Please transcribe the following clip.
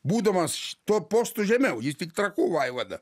būdamas tuo postu žemiau jis tik trakų vaivada